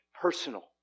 personal